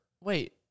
wait